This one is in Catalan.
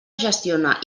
gestiona